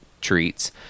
treats